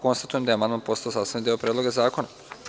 Konstatujem da je amandman postao sastavni deo Predloga zakona.